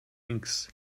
links